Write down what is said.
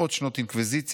מאות שנות אינקוויזיציה,